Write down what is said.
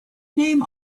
name